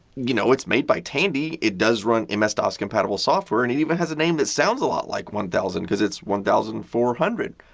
you know, it's made by tandy. it does run ms-dos compatible software. and it even has a name that sounds a lot like one thousand because it's one thousand, four hundred.